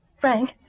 Frank